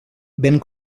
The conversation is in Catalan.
ben